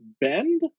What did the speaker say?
bend